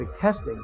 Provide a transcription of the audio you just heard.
testing